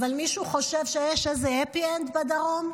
אבל מישהו חושב שיש איזה happy end בדרום?